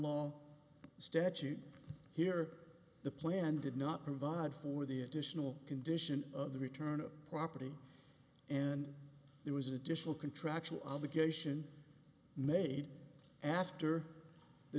law statute here the plan did not provide for the additional condition of the return of property and there was additional contractual obligation made after the